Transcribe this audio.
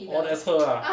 oh that's her ah